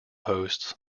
hosts